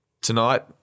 tonight